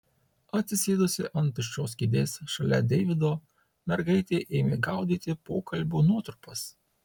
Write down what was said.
atsisėdusi ant tuščios kėdės šalia deivido mergaitė ėmė gaudyti pokalbio nuotrupas